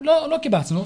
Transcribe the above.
לא קיבצנו.